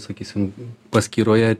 sakysim paskyroje